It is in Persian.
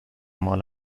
مال